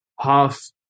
half